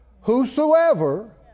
Whosoever